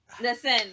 Listen